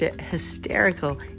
hysterical